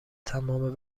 تمام